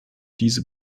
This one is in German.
diese